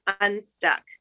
unstuck